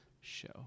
show